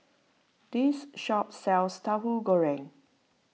this shop sells Tahu Goreng